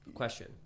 question